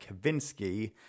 Kavinsky